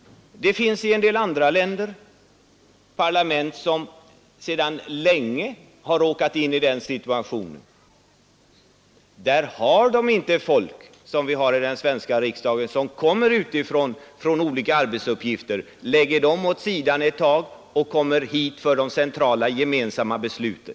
Det finns i en del andra länder parlament som sedan länge har varit i den situationen att de inte, som vi i den svenska riksdagen, har folk som kommer utifrån från olika arbetsuppgifter, som de lägger åt sidan ett tag för att komma till riksdagen och delta i de centrala gemensamma besluten.